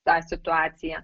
tą situaciją